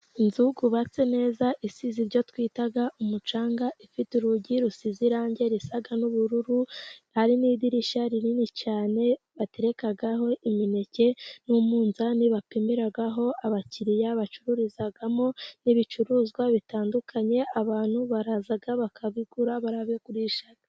Inzu yubatse neza, isize ibyo twita umucanga, ifite urugi rusize irangi risa n'ubururu, hari n'idirishya rinini cyane baterekaho imineke n'umunzani bapimiraho abakiriya, bacururizamo n'ibicuruzwa bitandukanye, abantu baraza bakabigura, barabigurisha.